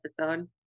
episode